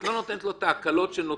את לא נותנת לו את ההקלות שנותנים,